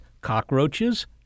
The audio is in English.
cockroaches